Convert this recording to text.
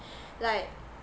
like